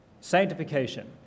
sanctification